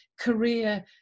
career